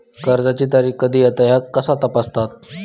कर्जाची तारीख कधी येता ह्या कसा तपासतत?